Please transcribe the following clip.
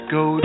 go